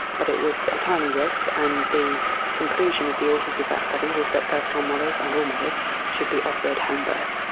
but it was a tiny risk, and the conclusion of the authors of that study was that first-time mothers and all mothers should be offered homebirth.